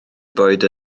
bwyd